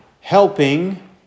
helping